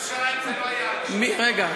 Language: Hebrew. עוטף-ירושלים זה לא היה אריק שרון,